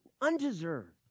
undeserved